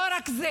לא רק זה,